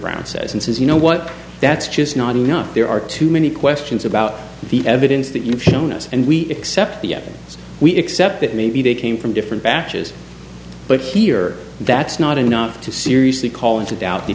brown says and says you know what that's just not enough there are too many questions about the evidence that you've shown us and we accept the evidence we accept that maybe they came from different batches but here that's not enough to seriously call into doubt the